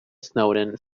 snowden